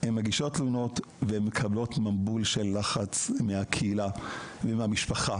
הן מגישות תלונות והן מקבלות מבול של לחץ מהקהילה ומהמשפחה,